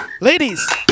Ladies